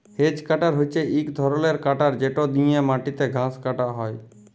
hedge cutter হছে ইক ধরলের কাটার যেট দিঁয়ে মাটিতে ঘাঁস কাটা হ্যয়